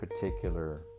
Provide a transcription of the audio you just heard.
particular